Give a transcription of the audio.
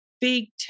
big